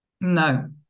No